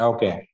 Okay